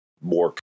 more